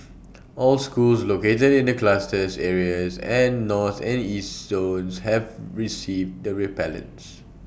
all schools located in the clusters areas and north and east zones have received the repellents